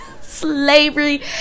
Slavery